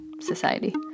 society